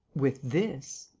with this.